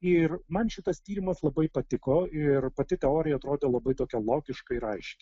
ir man šitas tyrimas labai patiko ir pati teorija atrodė labai tokia logiška ir aiški